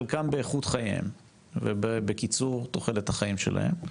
חלקם באיכות חייהם ובקיצור בתחולת החיים שלהם.